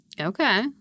Okay